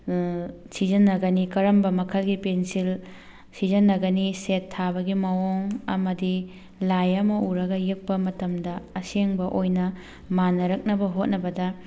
ꯁꯤꯖꯟꯅꯒꯅꯤ ꯀꯔꯝꯕ ꯃꯈꯜꯒꯤ ꯄꯦꯟꯁꯤꯜ ꯁꯤꯖꯟꯅꯒꯅꯤ ꯁꯦꯠ ꯊꯥꯕꯒꯤ ꯃꯋꯣꯡ ꯑꯃꯗꯤ ꯂꯥꯏ ꯑꯃ ꯎꯔꯒ ꯌꯦꯛꯄ ꯃꯇꯝꯗ ꯑꯁꯦꯡꯕ ꯑꯣꯏꯅ ꯃꯥꯟꯅꯔꯛꯅꯕ ꯈꯣꯠꯅꯕꯗ